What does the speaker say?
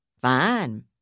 Fine